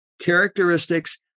characteristics